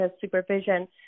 supervision